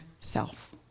self